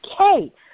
okay